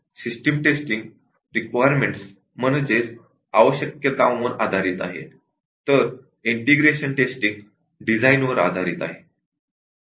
system testing requirements वर आधारित आहे तर ईंटेग्रेशन टेस्टिंग डिझाइन वर आधारित असते